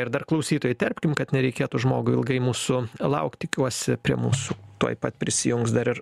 ir dar klausytojai įterpkim kad nereikėtų žmogui ilgai mūsų laukt tikiuosi prie mūsų tuoj pat prisijungs dar ir